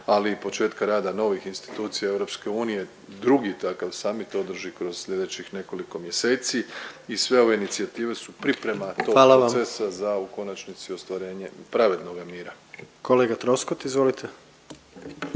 ali i početka rada novih institucija EU, drugi takav samit održi kroz slijedećih nekoliko mjeseci i sve ove inicijative su priprema…/Upadica predsjednik: Hvala vam./…tog procesa za u konačnici ostvarenje pravednoga mira. **Jandroković,